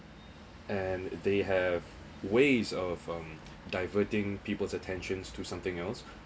and they have ways of um diverting people's attentions to something else